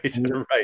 right